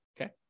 okay